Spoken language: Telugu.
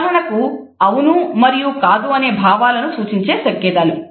ఉదాహరణకు అవును మరియు కాదు అనే భావాలను సూచించే సంకేతాలు